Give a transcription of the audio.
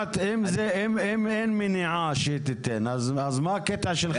אם אין מניעה שהיא תיתן, אז מה הקטע שלך?